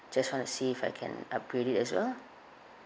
just wanna see if I can upgrade it as well lah